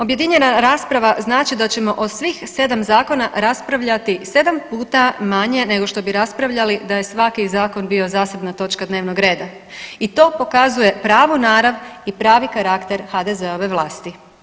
Objedinjena rasprava znači da ćemo o svih 7 zakona raspravljati 7 puta manje nego što bi raspravljali da svaki zakon bio zasebna točka dnevnog reda i to pokazuje pravu narav i pravi karakter HDZ-ove vlasti.